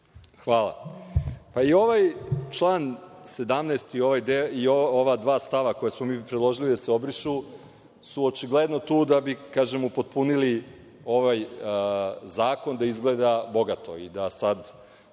Hvala. Pa, i ovaj član 17. i ova dva stava koja smo mi predložili da se obrišu, su očigledno tu da bi, kažemo upotpunili ovaj zakon da izgleda bogato i da sad